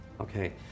Okay